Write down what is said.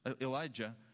Elijah